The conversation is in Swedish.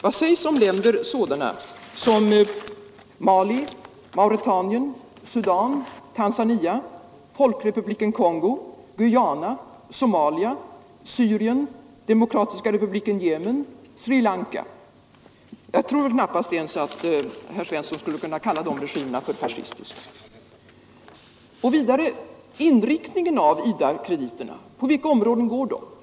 Vad sägs om länder sådana som Mali, Mauretanien, Sudan, Tanzania, Folkrepubliken Kongo, Guayana, Somalia, Syrien, Demokratiska Republiken Jemen, Sri Lanka? Jag tror knappast att herr Svensson skulle kunna kalla dessa regimer för fascistiska. Vidare beträffande inriktningen av IDA-krediterna: Till vilka områden går de?